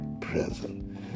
present